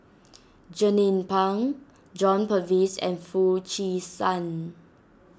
Jernnine Pang John Purvis and Foo Chee San